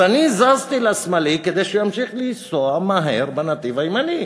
אז זזתי לשמאלי כדי שימשיך לנסוע מהר בנתיב הימני.